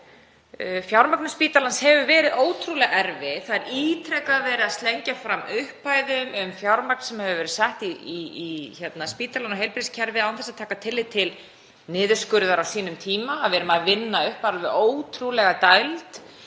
Fjármögnun spítalans hefur verið ótrúlega erfið. Það er ítrekað verið að slengja fram upphæðum fjármagns sem hefur verið sett í spítalann og heilbrigðiskerfið án þess að taka tillit til niðurskurðar á sínum tíma. Við erum að vinna upp alveg ótrúlega dæld